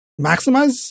maximize